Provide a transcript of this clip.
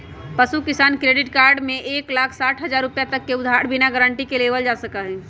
पशु किसान credit card में एक लाख साठ हजार रुपए तक के उधार बिना गारंटी के लेबल जा सका हई